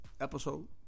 episode